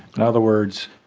in other words